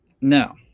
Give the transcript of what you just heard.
now